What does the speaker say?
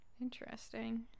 interesting